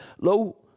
Lo